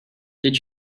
did